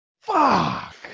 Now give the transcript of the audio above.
Fuck